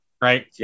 right